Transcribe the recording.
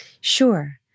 Sure